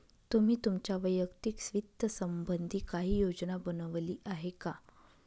तुम्ही तुमच्या वैयक्तिक वित्त संबंधी काही योजना बनवली आहे का?